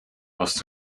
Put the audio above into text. was